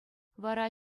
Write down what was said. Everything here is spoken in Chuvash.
вара